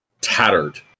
tattered